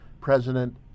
President